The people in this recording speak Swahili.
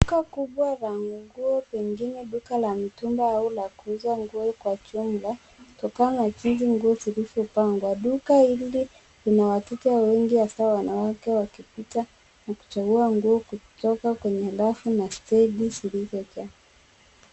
Duka kubwa la nguo pengine duka la mitumba au la kuuza nguo kwa jumla kutokana na jinsi nguo zilizopangwa. Duka hili lina wateja wengi hasaa wanawake wakipita na kuchagua nguo kutoka kwenye rafu na stendi zilizojaa.